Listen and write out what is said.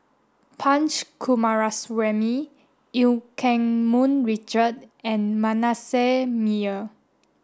Punch Coomaraswamy Eu Keng Mun Richard and Manasseh Meyer